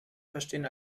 verstehen